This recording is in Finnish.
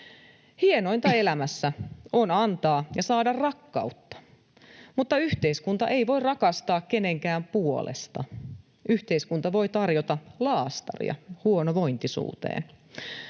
Hienointa elämässä on antaa ja saada rakkautta. Mutta yhteiskunta ei voi rakastaa kenenkään puolesta. Yhteiskunta voi tarjota laastaria huonovointisuuteen.